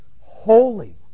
holy